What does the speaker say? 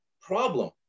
problem